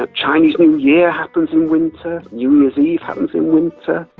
ah chinese new year happens in winter, new year's eve happens in winter.